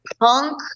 punk